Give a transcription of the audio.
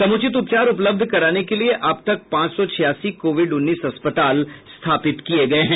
समुचित उपचार उपलब्ध कराने के लिए अब तक पांच सौ छियासी कोविड उन्नीस अस्पताल स्थापित किए गए हैं